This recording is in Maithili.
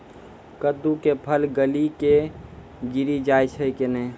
कददु के फल गली कऽ गिरी जाय छै कैने?